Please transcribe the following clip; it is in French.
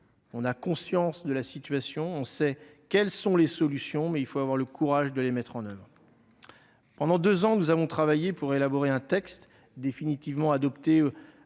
On a conscience de la situation, on sait quelles sont les solutions, mais il faut avoir le courage de les mettre en oeuvre. Pendant deux ans, nous avons travaillé pour élaborer un texte, désormais définitivement adopté